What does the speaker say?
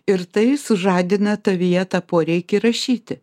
ir tai sužadina tavyje tą poreikį rašyti